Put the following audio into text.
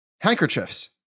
Handkerchiefs